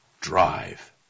Drive